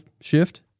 shift